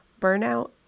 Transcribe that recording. Burnout